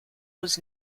was